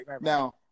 Now